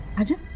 i didn't